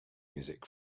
music